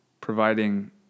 providing